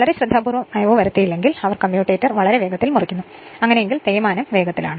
വളരെ ശ്രദ്ധാപൂർവം അയവ് വരുത്തിയില്ലെങ്കിൽ അവർ കമ്മ്യൂട്ടേറ്റർ വളരെ വേഗത്തിൽ മുറിക്കുന്നു അങ്ങനെയെങ്കിൽ തേയ്മാനം വേഗത്തിലാണ്